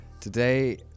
Today